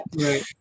Right